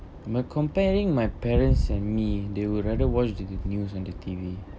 we're comparing my parents and me they would rather watch the news than the T_V